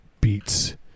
beats